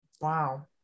Wow